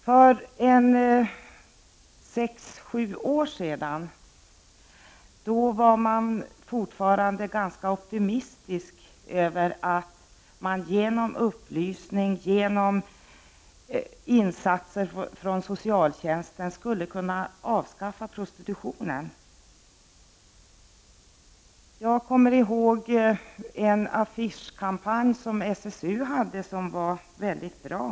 För sex, sju år sedan var man fortfarande ganska optimistisk över möjligheterna att genom upplysning och insatser från socialtjänsten avskaffa prostitutionen. Jag kommer ihåg en affischkampanj som SSU hade, som var väldigt bra.